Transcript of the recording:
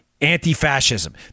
anti-fascism